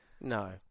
No